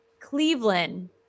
Cleveland